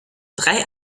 drei